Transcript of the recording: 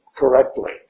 correctly